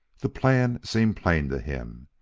the plan seemed plain to him.